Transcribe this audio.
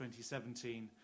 2017